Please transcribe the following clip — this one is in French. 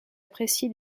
apprécié